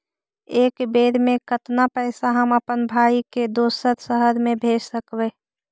एक बेर मे कतना पैसा हम अपन भाइ के दोसर शहर मे भेज सकबै?